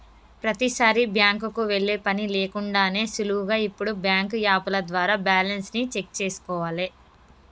ప్రతీసారీ బ్యాంకుకి వెళ్ళే పని లేకుండానే సులువుగా ఇప్పుడు బ్యాంకు యాపుల ద్వారా బ్యాలెన్స్ ని చెక్ చేసుకోవాలే